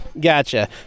Gotcha